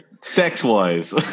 sex-wise